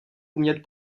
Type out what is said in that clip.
umět